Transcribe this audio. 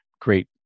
great